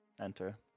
enter